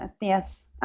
Yes